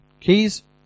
keys